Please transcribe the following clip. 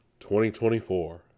2024